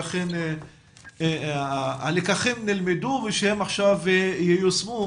לראות שהלקחים נלמדו ועכשיו הם ייושמו,